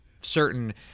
certain